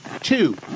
two